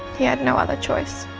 he had no other choice.